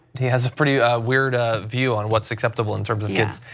he has a pretty weird ah view on what's acceptable in terms of kids.